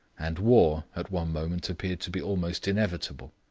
and war at one moment appeared to be almost inevitable.